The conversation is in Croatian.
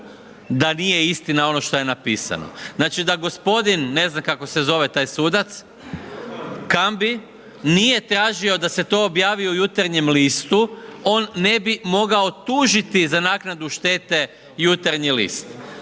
da nije istina ono šta je napisano. Znači da gospodin, ne znam kako se zove taj sudac, Kambi, nije tražio da se to objavi u Jutarnjem listu on ne bi mogao tužiti za naknadu štete Jutarnji list.